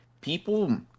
people